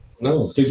No